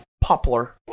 Poplar